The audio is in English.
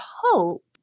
hope